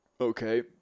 Okay